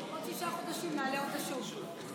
עוד שישה חודשים נעלה אותה שוב.